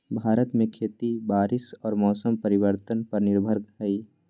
भारत में खेती बारिश और मौसम परिवर्तन पर निर्भर हई